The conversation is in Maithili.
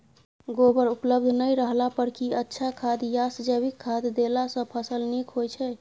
गोबर उपलब्ध नय रहला पर की अच्छा खाद याषजैविक खाद देला सॅ फस ल नीक होय छै?